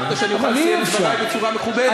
הבטחת שאני אוכל לסיים את דברי בצורה מכובדת.